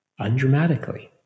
undramatically